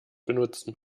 benutzen